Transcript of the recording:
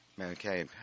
Okay